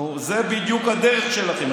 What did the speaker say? נו, זה בדיוק הדרך שלכם.